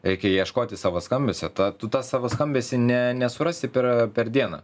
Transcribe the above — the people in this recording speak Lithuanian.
reikia ieškoti savo skambesio tą tą savo skambesį ne nesurasi per per dieną